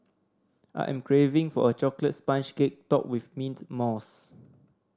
I am craving for a chocolate sponge cake topped with mint mousse